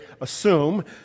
assume